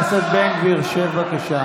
שימשיך לשבות.